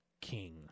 king